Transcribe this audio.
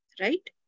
Right